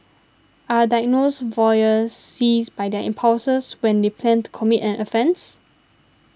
are diagnosed voyeurs seized by their impulses when they plan to commit an offence